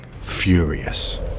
furious